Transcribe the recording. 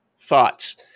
thoughts